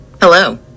Hello